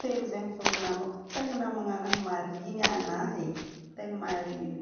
Telo zegny fôgna namako. Tegna namagna anahy marigny anahy, tegna marigny.